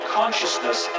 consciousness